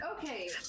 Okay